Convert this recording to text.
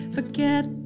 Forget